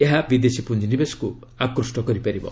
ଏହା ବିଦେଶୀ ପୁଞ୍ଜ ନିବେଶକୁ ଆକୃଷ୍ଟ କରିବ